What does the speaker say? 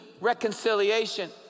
reconciliation